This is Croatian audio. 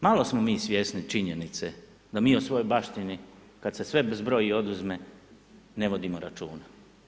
Malo smo mi svjesni činjenice da mi u svojoj baštini kad se sve zbroji i oduzme ne vodimo računa.